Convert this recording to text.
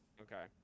Okay